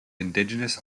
indigenous